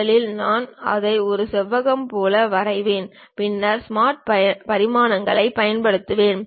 முதலில் நான் அதை ஒரு செவ்வகம் போல வரைவேன் பின்னர் ஸ்மார்ட் பரிமாணங்களைப் பயன்படுத்துவேன்